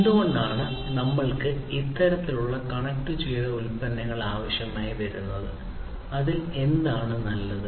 എന്തുകൊണ്ടാണ് നമ്മൾക്ക് ഇത്തരത്തിലുള്ള കണക്റ്റുചെയ്ത ഉൽപ്പന്നങ്ങൾ ആവശ്യമായി വരുന്നത് അതിൽ എന്താണ് നല്ലത്